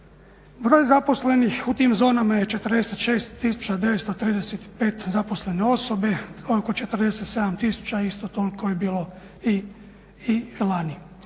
Broj zaposlenih u tim zonama je 46935 zaposlene osobe. Oko 47 000 isto toliko je bilo i lani.